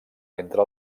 entre